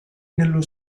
nello